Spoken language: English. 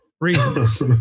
reasons